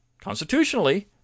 constitutionally